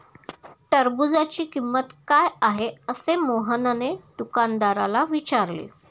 टरबूजाची किंमत काय आहे असे मोहनने दुकानदाराला विचारले?